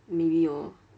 maybe orh